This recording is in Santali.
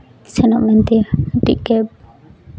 ᱥᱮᱱᱚᱜ ᱢᱮᱱᱛᱮ ᱯᱤᱠᱟᱯ